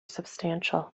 substantial